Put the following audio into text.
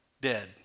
Dead